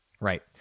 Right